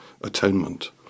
atonement